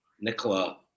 Nicola